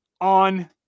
on